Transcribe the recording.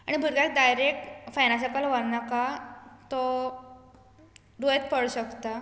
आनी भुरग्यांक दायरेक फॅना सकल व्हर नाका तो दुयेंत पड शकता